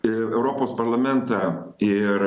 ir europos parlamentą ir